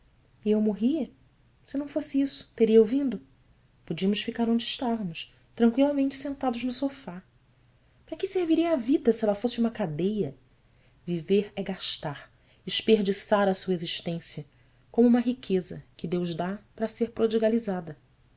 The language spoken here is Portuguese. eu morria se não fosse isso teria eu vindo podíamos ficar onde estávamos tranqüilamente sentados no sofá para que serviria a vida se ela fosse uma cadeia viver é gastar esperdiçar a sua existência como uma riqueza que deus dá para ser prodigalizada